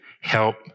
Help